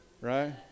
Right